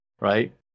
Right